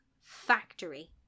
factory